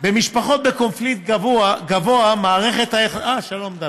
במשפחות בקונפליקט גבוה מערכת היחסים, דוד,